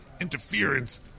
interference